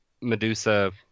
Medusa